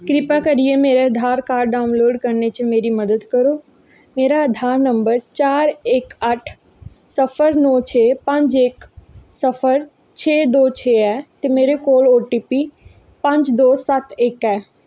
कृपा करियै मेरा आधार कार्ड डाउनलोड करने च मेरी मदद करो मेरा आधार नंबर चार इक अट्ठ सिफर नौ छे पंज इक सिफर छे दो छे ऐ ते मेरे कोल ओ टी पी पंज दो सत्त इक ऐ ऐ